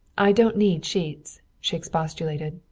i don't need sheets, she expostulated.